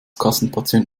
kassenpatient